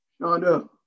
Shonda